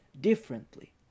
differently